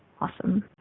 Awesome